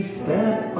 step